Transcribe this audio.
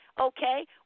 okay